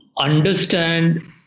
understand